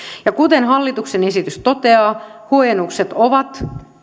ja kuten hallituksen esitys toteaa huojennukset ovat